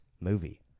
movie